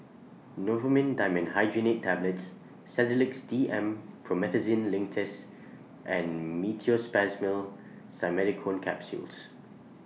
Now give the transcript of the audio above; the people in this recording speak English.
Novomin Dimenhydrinate Tablets Sedilix D M Promethazine Linctus and Meteospasmyl Simeticone Capsules